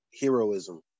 heroism